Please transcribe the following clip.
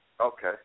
Okay